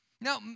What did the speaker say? Now